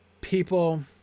people